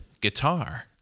Guitar